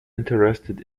interested